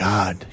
God